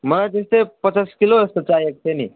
मलाई त्यस्तै पचास किलो जस्तो चाहिएको थियो नि